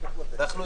הצעת החוק הזו,